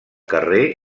carrer